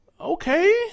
Okay